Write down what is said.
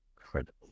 incredible